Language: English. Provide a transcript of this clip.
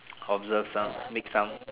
observe some make some